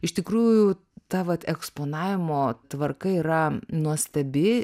iš tikrųjų ta vat eksponavimo tvarka yra nuostabi